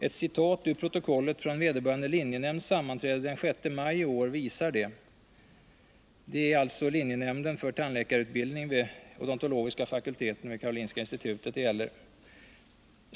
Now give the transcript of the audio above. Ett citat ur protokollet från vederbörande linjenämnds sammanträde den 6 maj i år visar detta. Det gäller alltså linjenämnden för tandläkarutbildning vid odontologiska fakulteten vid Karolinska institutet.